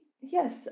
Yes